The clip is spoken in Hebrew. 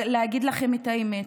אבל להגיד לכם את האמת,